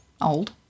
old